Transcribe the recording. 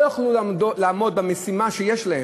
לא יוכלו לעמוד במשימה שלהם,